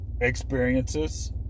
experiences